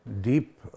deep